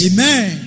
Amen